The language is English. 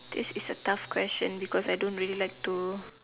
this is a tough question because I don't really like to